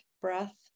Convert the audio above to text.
breath